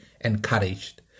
encouraged